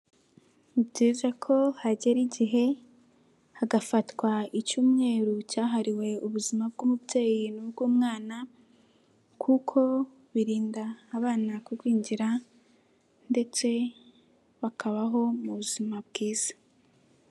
Ni byiza ko hagera igihe hagafatwa icyumweru cyahariwe ubuzima bw'umubyeyi n'ubw'umwana kuko birinda abana kugwingira ndetse bakabaho mu buzima bwiza.